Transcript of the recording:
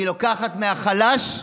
והיא לוקחת מהחלש לחזק.